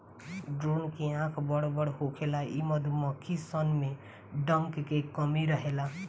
drone के आँख बड़ बड़ होखेला इ मधुमक्खी सन में डंक के कमी रहेला